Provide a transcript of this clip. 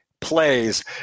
plays